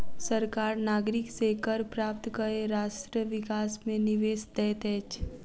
सरकार नागरिक से कर प्राप्त कय राष्ट्र विकास मे निवेश दैत अछि